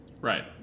Right